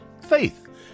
Faith